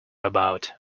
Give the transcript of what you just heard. about